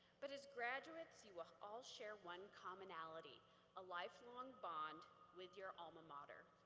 but as graduates, you would all share one commonality a lifelong bond with your alma mater.